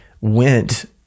went